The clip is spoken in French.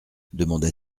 demanda